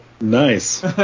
nice